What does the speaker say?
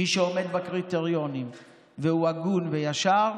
מי שעומד בקריטריונים והוא הגון וישר,